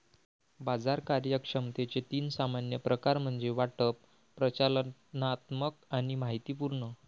बाजार कार्यक्षमतेचे तीन सामान्य प्रकार म्हणजे वाटप, प्रचालनात्मक आणि माहितीपूर्ण